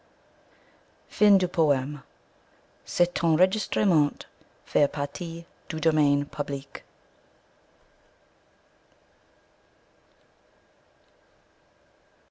et de la